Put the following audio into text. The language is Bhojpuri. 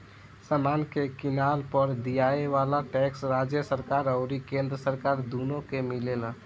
समान के किनला पर दियाये वाला टैक्स राज्य सरकार अउरी केंद्र सरकार दुनो के मिलेला